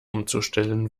umzustellen